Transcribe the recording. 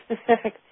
specific